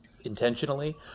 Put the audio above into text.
intentionally